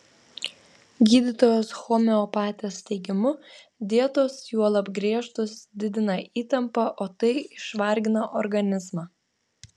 gydytojos homeopatės teigimu dietos juolab griežtos didina įtampą o tai išvargina organizmą